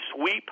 sweep